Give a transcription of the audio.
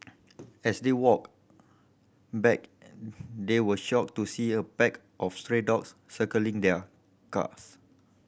as they walked back they were shocked to see a pack of stray dogs circling their cars